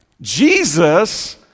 Jesus